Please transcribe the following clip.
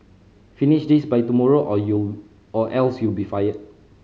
finish this by tomorrow or you or else you'll be fired